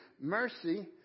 Mercy